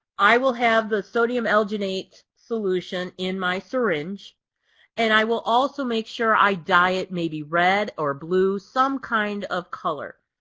i will have the sodium alginate solution in my syringe and i will also make sure i dye it maybe red or blue, some kind of color.